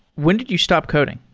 when did you stop coding?